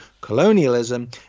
colonialism